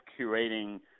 curating